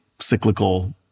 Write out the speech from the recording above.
cyclical